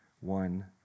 one